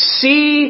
see